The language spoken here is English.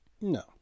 No